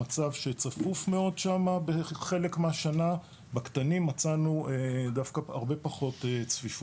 מצב שצפוף מאוד שם בחלק מהשנה בקטנים מצאנו דווקא הרבה פחות צפיפות.